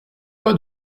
pas